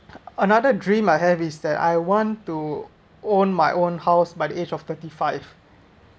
another dream I have is that I want to own my own house by the age of thirty five